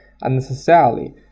unnecessarily